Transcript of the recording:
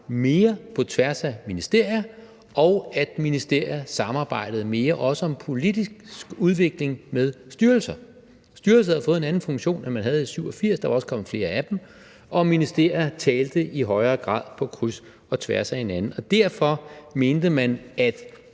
mere på tværs af ministerier, og at ministerier samarbejdede mere også om politisk udvikling med styrelser. Styrelser havde fået en anden funktion, end de havde i 1987, og der var også kommet flere af dem, og ministerier talte i højere grad på kryds og tværs af hinanden, og derfor mente man, at